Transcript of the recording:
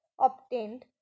obtained